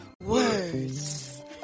words